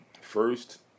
first